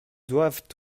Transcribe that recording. doivent